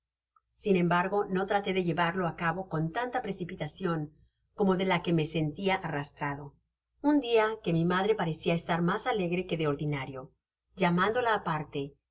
sin embargo no traté de llevarlo á cabo con tanta precipitacion como de la que me sentia arrastrado un dia'que mi madre parecia estar mas alegre que de ordinario llamándola aparte le